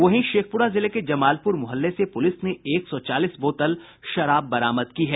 वहीं शेखपुरा जिले के जमालपुर मुहल्ले से पुलिस ने एक सौ चालीस बोतल शराब बरामद की है